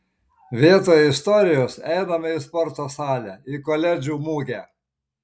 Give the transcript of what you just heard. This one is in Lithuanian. vietoj istorijos einame į sporto salę į koledžų mugę